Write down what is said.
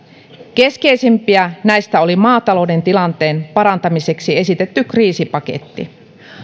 keskeisimpiä näistä oli maatalouden tilanteen parantamiseksi esitetty kriisipaketti